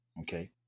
okay